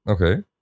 Okay